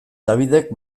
dabidek